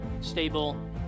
stable